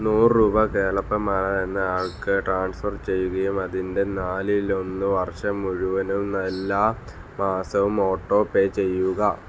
നൂറ് രൂപ കേളപ്പൻ മാരാർ എന്നയാൾക്ക് ട്രാൻസ്ഫർ ചെയ്യുകയും അതിൻ്റെ നാലിലൊന്ന് വർഷം മുഴുവനും എല്ലാ മാസവും ഓട്ടോ പേ ചെയ്യുക